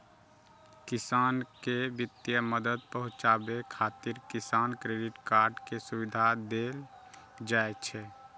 किसान कें वित्तीय मदद पहुंचाबै खातिर किसान क्रेडिट कार्ड के सुविधा देल जाइ छै